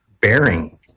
bearing